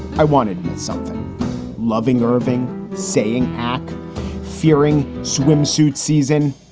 i wanted something loving irving saying back fearing, swimsuit season,